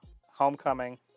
Homecoming